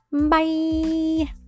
Bye